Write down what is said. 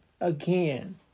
again